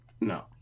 no